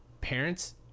parents